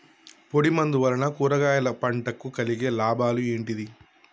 పొడిమందు వలన కూరగాయల పంటకు కలిగే లాభాలు ఏంటిది?